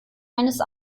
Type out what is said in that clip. eines